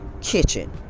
kitchen